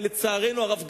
ולצערנו הרב,